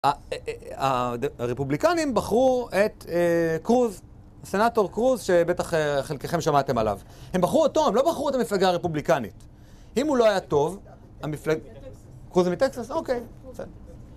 הרפובליקנים בחרו את קרוז, סנאטור קרוז, שבטח חלקכם שמעתם עליו. הם בחרו אותו, הם לא בחרו את המפלגה הרפובליקנית. אם הוא לא היה טוב, המפלגה... קרוז זה מטקסס? אוקיי, בסדר.